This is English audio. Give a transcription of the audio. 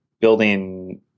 building